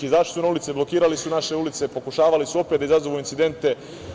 Izašli su na ulice, blokirali su naše ulice, pokušavali su opet da izazovu incidente.